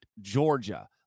Georgia